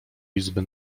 izby